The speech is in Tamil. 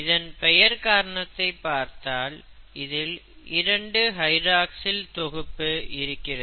இதன் பெயர் காரணத்தை பார்த்தால் இதில் இரண்டு ஹைட்ராக்ஸில் தொகுப்பு இருக்கிறது